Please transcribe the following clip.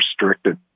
restricted